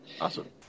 Awesome